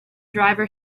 driver